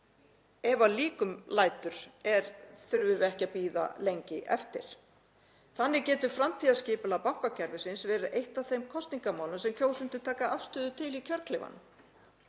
ef að líkum lætur, ekki að bíða lengi eftir. Þannig getur framtíðarskipulag bankakerfisins verið eitt af þeim kosningamálum sem kjósendur taka afstöðu til í kjörklefanum.